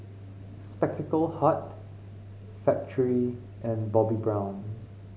Spectacle Hut Factorie and Bobbi Brown